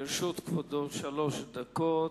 לרשות כבודו שלוש דקות.